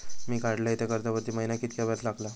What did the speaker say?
मी काडलय त्या कर्जावरती महिन्याक कीतक्या व्याज लागला?